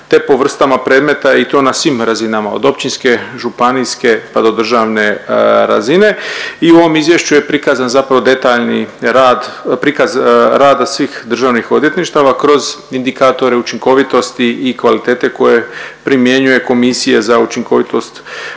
te po vrstama predmeta i to na svim razinama od općinske, županijske, pa do državne razine i u ovom izvješću je prikazan zapravo detaljni rad, prikaz rada svih državnih odvjetništava kroz indikatore učinkovitosti i kvalitete koje primjenjuje Komisija za učinkovitost